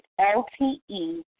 LTE